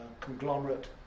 Conglomerate